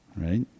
right